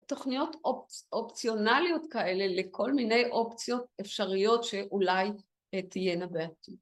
תוכניות אופציונליות כאלה לכל מיני אופציות אפשריות שאולי תהינה בעתיד.